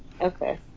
okay